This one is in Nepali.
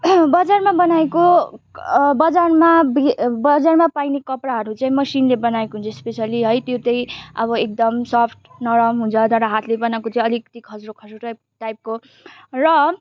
बजारमा बनाइएको बजारमा बी बजारमा पाइने कपडाहरू चाहिँ मसिनले बनाइएको हुन्छ स्पेसल्ली है त्यो चाहिँ अब एकदम सफ्ट नरम हुन्छ तर हातले बनाएको चाहिँ अलिकति खस्रो खस्रो टाइप टाइपको र